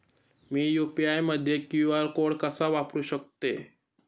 मी UPI मध्ये QR code कसा वापरु शकते?